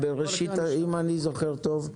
אם אני זוכר טוב,